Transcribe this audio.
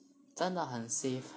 真的很 safe ah